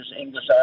English